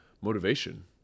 motivation